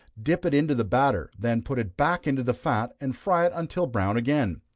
dip it into the batter, then put it back into the fat, and fry it until brown again.